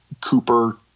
Cooper